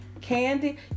Candy